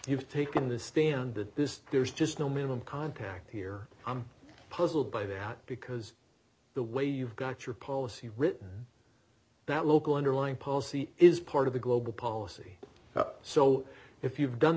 you've taken the stand that this there's just no minimum contact here i'm puzzled by that because the way you've got your policy written that local underlying policy is part of the global policy so if you've done